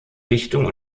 richtung